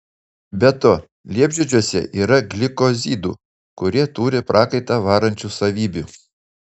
be to liepžiedžiuose yra glikozidų kurie turi prakaitą varančių savybių